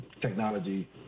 technology